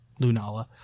Lunala